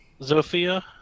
zofia